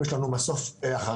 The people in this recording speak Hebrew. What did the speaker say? יש לנו את מסוף החרש,